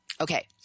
Okay